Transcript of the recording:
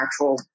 actual